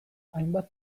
hainbat